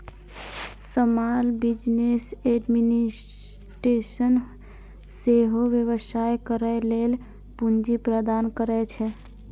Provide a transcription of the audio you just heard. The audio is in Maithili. स्माल बिजनेस एडमिनिस्टेशन सेहो व्यवसाय करै लेल पूंजी प्रदान करै छै